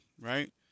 right